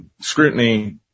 scrutiny